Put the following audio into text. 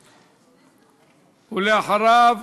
ואחריו,